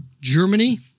Germany